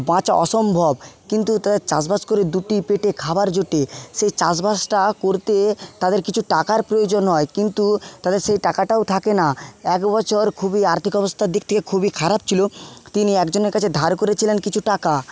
বাঁচা অসম্ভব কিন্তু তারা চাষবাস করে দুটি পেটে খাবার জোটে সেই চাষবাসটা করতে তাদের কিছু টাকার প্রয়োজন হয় কিন্তু তাদের সেই টাকাটাও থাকে না একবছর খুবই আর্থিক অবস্থার দিক থেকে খুবই খারাপ ছিল তিনি একজনের কাছে ধার করেছিলেন কিছু টাকা